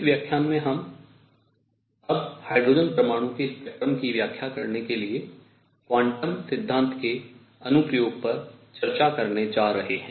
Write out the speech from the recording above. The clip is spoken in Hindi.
इस व्याख्यान में अब हम हाइड्रोजन परमाणु के स्पेक्ट्रम वर्णक्रम की व्याख्या करने के लिए क्वांटम सिद्धांत के अनुप्रयोग पर चर्चा करने जा रहे हैं